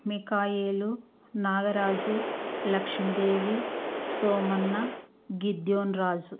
ముకాాయేలు Nagaraju Lakshmidevi Somanna Gideon Raju